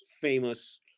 famous